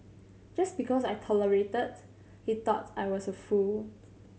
just because I tolerated he thought I was a fool